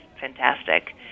fantastic